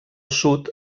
sud